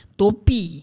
topi